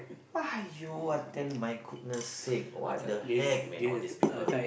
!aiyo! I tell you my goodness sake what the heck man all these people